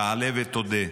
תעלה ותודה.